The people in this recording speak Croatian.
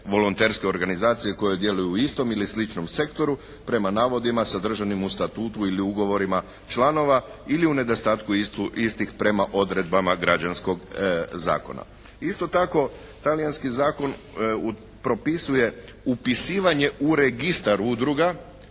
volonterske organizacije koje djeluju u istom ili sličnom sektoru prema navodima sadržanim u statutu ili ugovorima članova ili u nedostatku istih prema odredbama Građanskog zakona. Isto tako talijanski zakon propisuje upisivanje u registar udruga,